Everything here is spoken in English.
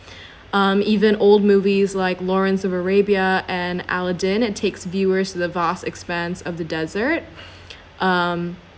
um even old movies like lawrence of arabia and aladdin it takes viewers to the vast expanse of the desert um